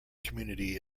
community